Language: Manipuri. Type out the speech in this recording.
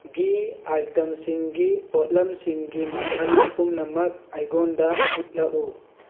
ꯘꯤ ꯑꯥꯏꯇꯦꯝꯁꯤꯡꯒꯤ ꯄꯣꯠꯂꯝꯁꯤꯡꯒꯤ ꯃꯈꯜ ꯄꯨꯝꯅꯃꯛ ꯑꯩꯉꯣꯟꯗ ꯎꯠꯂꯛꯎ